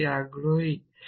এটা আমরা আগ্রহী